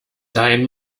dein